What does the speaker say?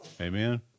Amen